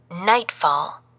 Nightfall